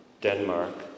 Denmark